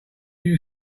you